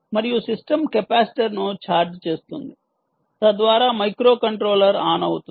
మరియు సిస్టమ్ కెపాసిటర్ను ఛార్జ్ చేస్తుంది తద్వారా మైక్రోకంట్రోలర్ ఆన్ అవుతుంది